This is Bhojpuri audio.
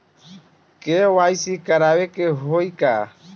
के.वाइ.सी करावे के होई का?